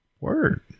word